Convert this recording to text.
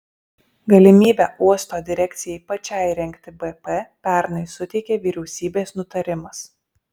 galimybę uosto direkcijai pačiai rengti bp pernai suteikė vyriausybės nutarimas